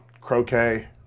croquet